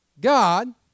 God